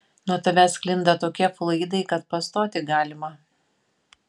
nuo tavęs sklinda tokie fluidai kad pastoti galima